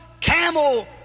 camel